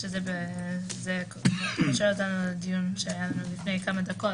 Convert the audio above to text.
- זה קושר אותנו לדיון שהיה לפני כמה דקות